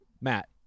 Matt